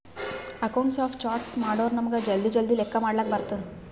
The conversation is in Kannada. ಅಕೌಂಟ್ಸ್ ಆಫ್ ಚಾರ್ಟ್ಸ್ ಮಾಡುರ್ ನಮುಗ್ ಜಲ್ದಿ ಜಲ್ದಿ ಲೆಕ್ಕಾ ಮಾಡ್ಲಕ್ ಬರ್ತುದ್